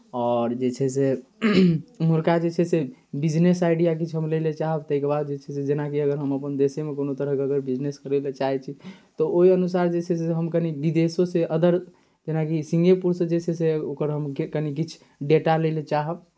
आओर जे छै से ओम्हुरका जे छै से बिजनेस आइडिया किछु हम लै लेल चाहब ताहिके बाद जे छै से जेनाकि अगर हम अपन देशेमे कोनो तरहके अगर बिजनेस करय लेल चाहै छी तऽ ओहि अनुसार जे छै से हम कनि विदेशोसँ अदर जेनाकि सिंगेपुरसँ जे छै से ओकर हम कनि किछु डेटा लै लेल चाहब